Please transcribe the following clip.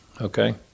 okay